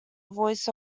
voice